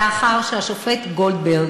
לאחר שהשופט גולדברג,